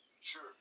Sure